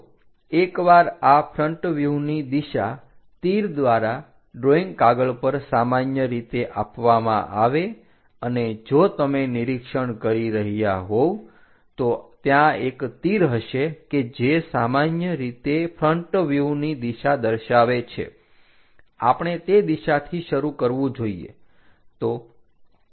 તો એકવાર આ ફ્રન્ટ વ્યૂહની દિશા તીર દ્વારા ડ્રોઈંગ કાગળ પર સામાન્ય રીતે આપવામાં આવે અને જો તમે નિરીક્ષણ કરી રહ્યા હોવ તો ત્યાં એક તીર હશે કે જે સામાન્ય રીતે ફ્રન્ટ વ્યુહની દિશા દર્શાવે છે આપણે તે દિશાથી શરૂ કરવું જોઈએ